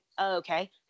Okay